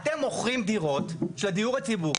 אתם מוכרים דירות של הדיור הציבורי,